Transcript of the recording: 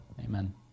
Amen